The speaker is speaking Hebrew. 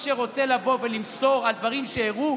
שרוצה לבוא ולמסור על דברים שאירעו,